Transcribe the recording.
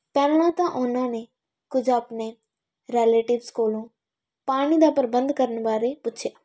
ਪਹਿਲਾਂ ਤਾਂ ਉਹਨਾਂ ਨੇ ਕੁਝ ਆਪਣੇ ਰੇਲੇਟਿਵਸ ਕੋਲੋਂ ਪਾਣੀ ਦਾ ਪ੍ਰਬੰਧ ਕਰਨ ਬਾਰੇ ਪੁੱਛਿਆ